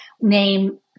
name